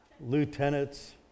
lieutenants